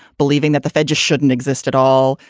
believing that the fed just shouldn't exist at all.